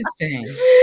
Interesting